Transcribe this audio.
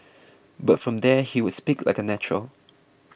but from there he would speak like a natural